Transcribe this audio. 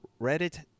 Reddit